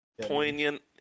poignant